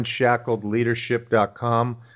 unshackledleadership.com